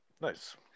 Nice